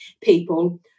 people